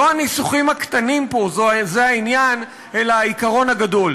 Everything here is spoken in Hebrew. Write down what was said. לא הניסוחים הקטנים פה זה העניין אלא העיקרון הגדול,